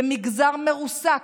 זה מגזר מרוסק.